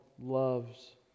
loves